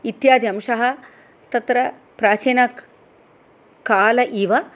इत्यादि अंशः तत्र प्राचीनकाल इव